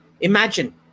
Imagine